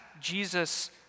Jesus